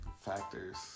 factors